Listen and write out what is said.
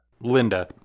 Linda